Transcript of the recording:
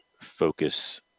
focus